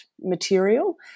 material